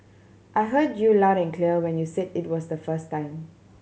I heard you loud and clear when you said it was the first time